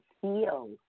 feel